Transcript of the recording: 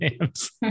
names